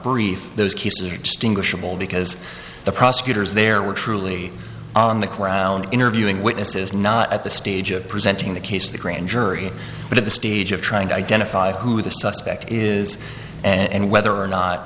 distinguishable because the prosecutors there were truly on the ground interviewing witnesses not at the stage of presenting the case the grand jury but at the stage of trying to identify who the suspect is and whether or not